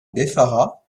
beffara